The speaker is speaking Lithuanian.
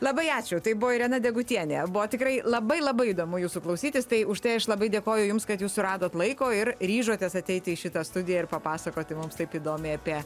labai ačiū tai buvo irena degutienė buvo tikrai labai labai įdomu jūsų klausytis tai užtai aš labai dėkoju jums kad jūs suradot laiko ir ryžotės ateiti į šitą studiją ir papasakoti mums taip įdomiai apie